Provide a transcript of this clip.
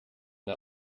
der